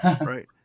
right